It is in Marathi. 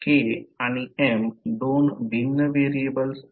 K आणि M दोन भिन्न व्हेरिएबल्स आहेत